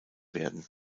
werden